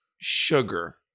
Sugar